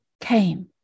came